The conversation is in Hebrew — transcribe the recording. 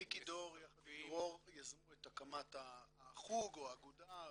מיקי דור יחד עם דרור יזמו את הקמת החוג או אגודה,